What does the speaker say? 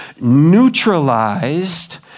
neutralized